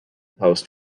post